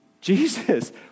Jesus